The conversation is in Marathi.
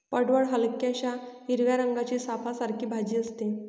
पडवळ हलक्याशा हिरव्या रंगाची सापासारखी भाजी असते